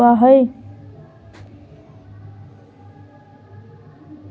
मक्का एगो उष्णकटिबंधीय पौधा हइ जे गर्म आर्द्र मौसम में होबा हइ